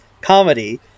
comedy